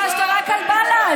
הגשת רק על בל"ד,